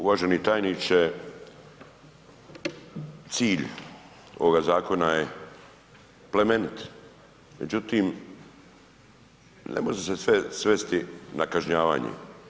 Uvaženi tajniče cilj ovoga zakona je plemenit, međutim ne može se sve svesti na kažnjavanje.